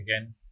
again